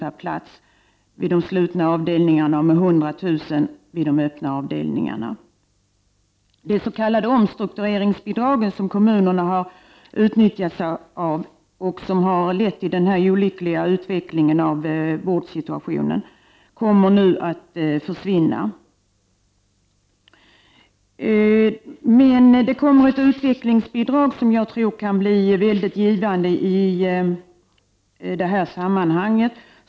per plats vid de slutna avdelningarna och med 100 000 kr. vid de öppna avdelningarna. Det s.k. omstruktureringsbidraget, som kommunerna har utnyttjat och som har lett till den olyckliga utvecklingen av vårdsituationen, kommer nu att försvinna. Det kommer ett utvecklingsbidrag, som jag tror kan bli mycket givande i detta sammanhang.